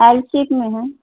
L shape میں ہے